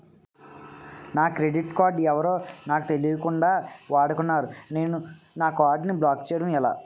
నా credit card ఎవరో నాకు తెలియకుండా వాడుకున్నారు నేను నా కార్డ్ ని బ్లాక్ చేయడం ఎలా?